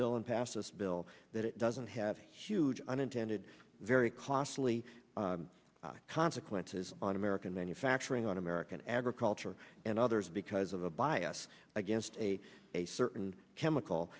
bill and pass this bill that it doesn't have huge unintended very costly consequences on american manufacturing on american agriculture and others because of a bias against a a certain chemical